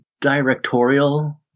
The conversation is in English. directorial